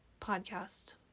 podcast